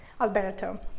Alberto